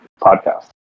podcast